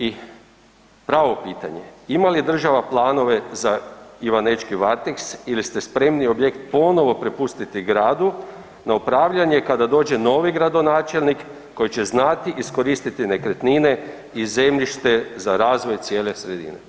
I pravo pitanje, ima li država planove za ivanečki Varteks ili ste spremni objekt ponovno prepustiti gradu na upravljanje kada dođe novi gradonačelnik koji će znati iskoristiti nekretnine i zemljište za razvoj cijele sredine?